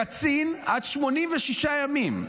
קצין, עד 86 ימים.